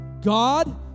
God